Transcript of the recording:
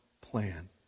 plan